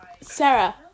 Sarah